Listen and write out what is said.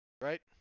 Right